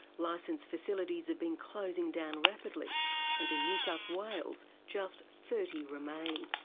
licensed facilities have been closing down rapidly and in new south wales just thirty remain.